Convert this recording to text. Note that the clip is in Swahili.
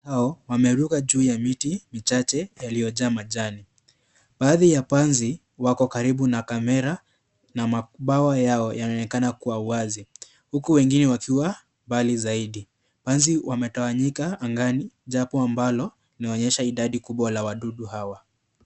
Panzi hao, wameruka juu ya miti michache yaliyojaa majani. Baadhi ya panzi wako karibu na kamera na mabawa yao yanaonekana kwa uwazi, huku wengine wakiwa mbali zaidi. Panzi wametawanyika angani, jambo ambalo linaonyesha idadi kubwa la wadudu hawa.